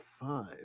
five